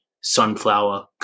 sunflower